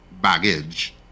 baggage